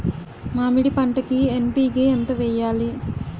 మామిడి పంటకి ఎన్.పీ.కే ఎంత వెయ్యాలి?